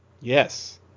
Yes